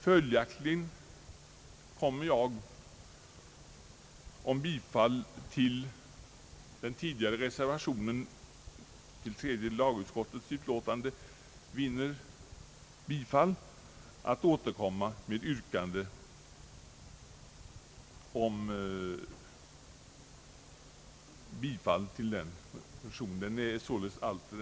Följaktligen kommer jag, om den tidigare berörda reservationen vid tredje lagutskottets utlåtande vinner bifall, att återkomma med yrkande om bifall till reservation nr 1 vid jordbruksutskottets utlåtande.